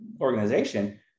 organization